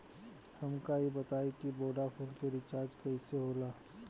हमका ई बताई कि वोडाफोन के रिचार्ज कईसे होला?